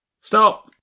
Stop